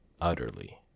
utterly